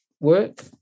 work